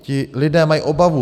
Ti lidé mají obavu.